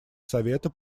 совета